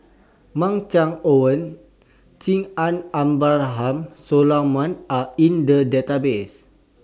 Mark Chan Owyang Chi and Abraham Solomon Are in The Database